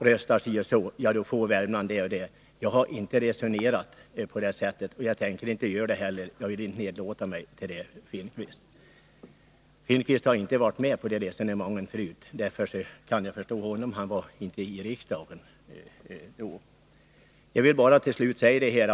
röstar på ett visst sätt, så tillgodoses Värmland på den ena eller andra punkten. Jag har inte velat resonera på det sättet, och jag tänker inte heller göra det. Jag vill inte nedlåta mig till det. Bo Finnkvist har inte varit med i sådana resonemang tidigare, eftersom han då ännu inte var med här i riksdagen, och därför kan jag i och för sig förstå honom.